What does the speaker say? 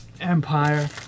Empire